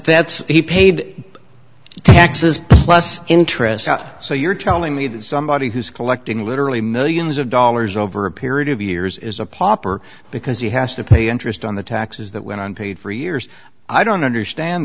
that he paid taxes plus interest so you're telling me that somebody who's collecting literally millions of dollars over a period of years is a pauper because he has to pay interest on the taxes that went on paid for years i don't understand